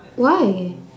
why